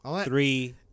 three